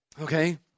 Okay